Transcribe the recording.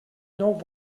nou